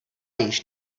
již